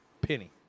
Penny